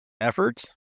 efforts